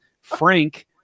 Frank